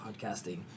podcasting